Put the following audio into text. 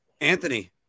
Anthony